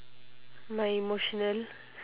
my emotional